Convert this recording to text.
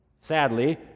sadly